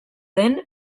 den